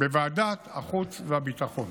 בוועדת החוץ והביטחון.